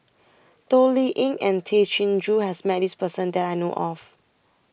Toh Liying and Tay Chin Joo has Met This Person that I know of